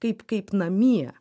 kaip kaip namie